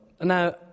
Now